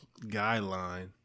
guideline